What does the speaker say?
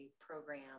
program